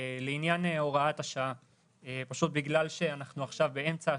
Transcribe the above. לעניין הוראת השעה, בגלל שאנחנו עכשיו באמצע השנה,